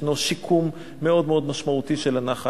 ישנו שיקום מאוד מאוד משמעותי של הנחל.